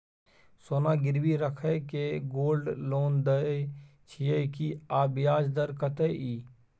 सोना गिरवी रैख के गोल्ड लोन दै छियै की, आ ब्याज दर कत्ते इ?